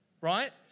right